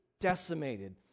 decimated